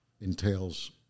entails